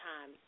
time